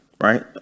Right